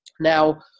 Now